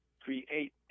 create